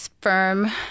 firm